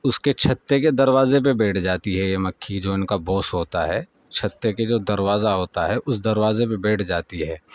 اس کے چھتے کے دروازے پہ بیٹھ جاتی ہے یہ مکھی جو ان کا باس ہوتا ہے چھتے کے جو دروازہ ہوتا ہے اس دروازے پہ بیٹھ جاتی ہے